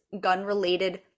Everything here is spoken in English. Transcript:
gun-related